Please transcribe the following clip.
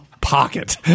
pocket